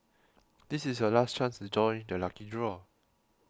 this is your last chance to join the lucky draw